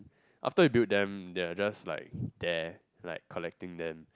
after you build them they are just like there like collecting then